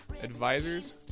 advisors